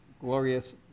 glorious